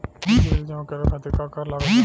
बिजली बिल जमा करावे खातिर का का लागत बा?